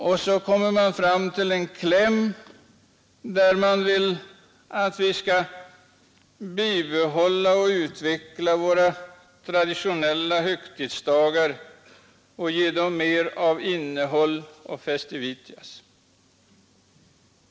Och så kommer klämmen, där det hemställs att vi skall bibehålla och utveckla våra traditionella högtidsdagar och ge dem mer av innehåll och festivitas.